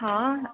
हां